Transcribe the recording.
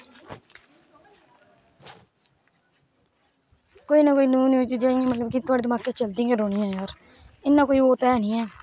कोई ना कोई नमी नमी चीजां मतलब कि थुआढ़े दिमाके च चलदी गै रौहनी यार इन्ना कोई ओह् ते है नी ऐ